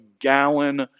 gallon